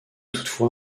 toutefois